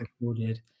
recorded